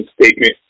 statement